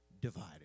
divided